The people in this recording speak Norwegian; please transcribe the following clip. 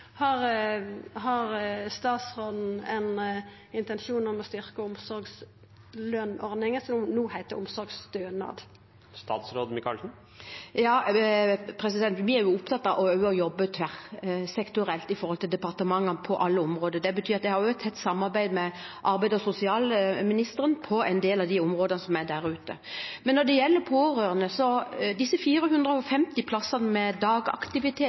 Har statsråden ein intensjon om å styrkja omsorgslønsordninga, som no heiter omsorgsstønad? Ja, vi er jo opptatt av å jobbe tverrsektorielt med departementene på alle områder. Det betyr at jeg har et tett samarbeid med arbeids- og sosialministeren på en del av de områdene. Når det gjelder pårørende, er de 450 plassene med